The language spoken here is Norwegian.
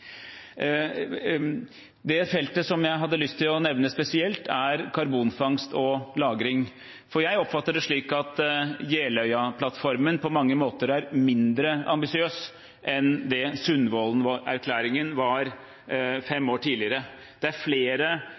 Det feltet som jeg hadde lyst til å nevne spesielt, er karbonfangst og -lagring. Jeg oppfatter det slik at Jeløya-plattformen på mange måter er mindre ambisiøs enn det Sundvolden-erklæringen var fem år tidligere. Det er flere